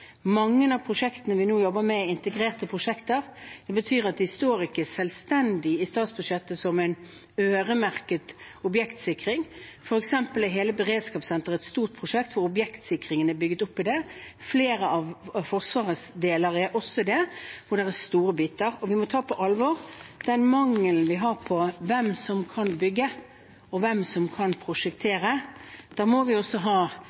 Mange av prosjektene vi nå jobber med, er integrerte prosjekter. Det betyr at de ikke står selvstendig i statsbudsjettet som øremerket objektsikring. For eksempel er hele beredskapssenteret et stort prosjekt som objektsikringen er bygd opp i. Flere av Forsvarets deler er også det. Det er store biter, og vi må ta på alvor den mangelen vi har på hvem som kan bygge, og hvem som kan prosjektere. Vi må ha